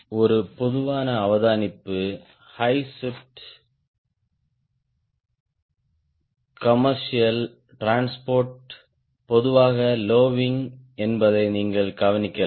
ஒரு பொதுவான அவதானிப்பு ஹை ஸ்பீட் கமேற்சியால் டிரான்ஸ்போர்ட் பொதுவாக லோ விங் என்பதை நீங்கள் கவனிக்கலாம்